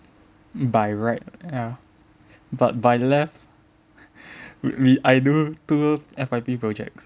by right ya but by left we I do two F_Y_P projects